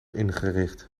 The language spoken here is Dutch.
ingericht